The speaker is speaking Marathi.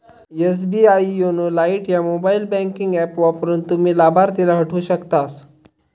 एस.बी.आई योनो लाइट ह्या मोबाईल बँकिंग ऍप वापरून, तुम्ही लाभार्थीला हटवू शकतास